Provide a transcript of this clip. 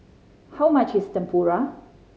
how much is Tempura